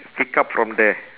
pick up from there